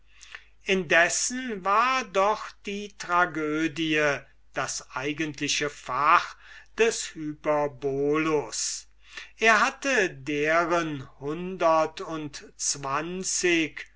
indessen war doch die tragödie das eigentliche fach des hyperbolus er hatte deren hundert und zwanzig